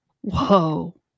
Whoa